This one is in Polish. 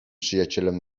przyjacielem